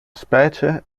specie